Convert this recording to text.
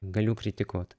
galiu kritikuot